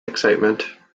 excitement